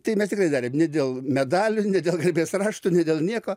tai mes tikrai darėm ne dėl medalių ne dėl garbės raštų ne dėl nieko